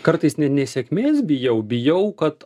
kartais ne nesėkmės bijau bijau kad